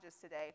today